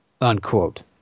unquote